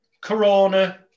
corona